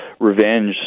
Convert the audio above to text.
revenge